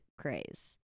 craze